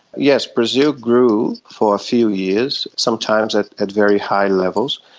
yes, brazil grew for a few years, sometimes at at very high levels,